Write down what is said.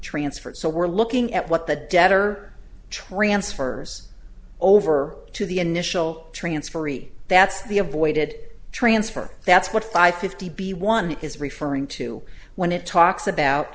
transferred so we're looking at what the debtor transfers over to the initial transferee that's the avoided transfer that's what five fifty b one is referring to when it talks about